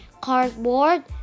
cardboard